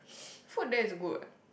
food there is good what